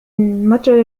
المتجر